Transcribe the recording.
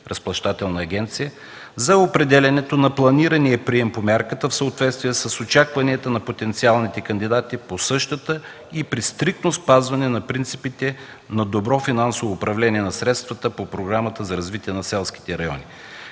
разплащателна агенция, за определянето на планирания прием по мярката в съответствие с очакванията на потенциалните кандидати при същите, и при стриктно спазване на принципите на добро финансово управление на средствата по програмата за развитие на селските райони,